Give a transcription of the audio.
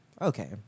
Okay